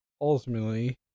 ultimately